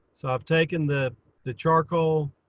so i've taken the the charcoal.